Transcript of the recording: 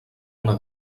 una